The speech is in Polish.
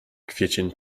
kwiecień